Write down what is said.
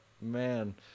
man